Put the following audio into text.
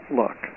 look